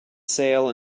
sail